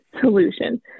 solution